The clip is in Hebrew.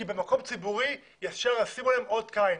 כי במקום ציבורי ישר ישימו עליהם אות קין,